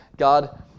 God